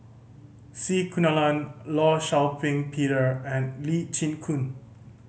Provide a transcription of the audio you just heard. C Kunalan Law Shau Ping Peter and Lee Chin Koon